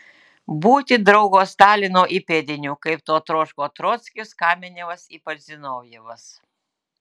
būti draugo stalino įpėdiniu kaip to troško trockis kamenevas ypač zinovjevas